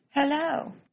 Hello